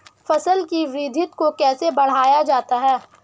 फसल की वृद्धि को कैसे बढ़ाया जाता हैं?